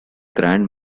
grand